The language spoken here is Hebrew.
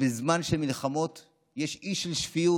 שבזמן של מלחמות יש אי של שפיות.